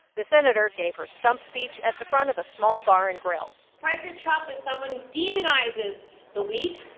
the senator gave her stump speech at the front of a small bar and grill president trump is someone who demonizes the weak.